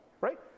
right